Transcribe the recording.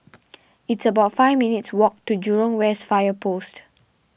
it's about five minutes' walk to Jurong West Fire Post